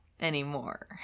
anymore